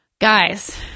Guys